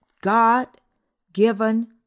God-given